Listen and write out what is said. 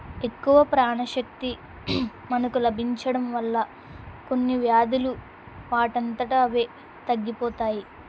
ఎక్కువ ప్రాణశక్తి మనకు లభించడం వల్ల కొన్ని వ్యాధులు వాటి అంతటా అవే తగ్గిపోతాయి